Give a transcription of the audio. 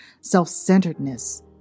self-centeredness